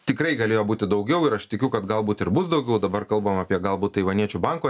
tikrai galėjo būti daugiau ir aš tikiu kad galbūt ir bus daugiau o dabar kalbam apie galbūt taivaniečių banko